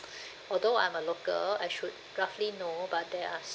although I'm a local I should roughly know but there are